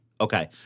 Okay